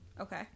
Okay